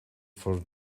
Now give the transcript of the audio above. for